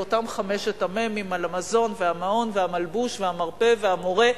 על אותם חמשת המ"מים: על המזון והמעון והמלבוש והמרפא והמורה,